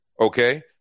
okay